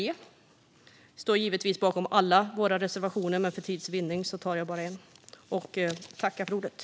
Jag står givetvis bakom alla våra reservationer, men för tids vinning yrkar jag bifall bara till en.